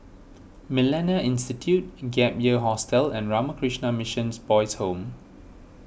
Millennia Institute Gap Year Hostel and Ramakrishna Mission Boys' Home